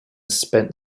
spent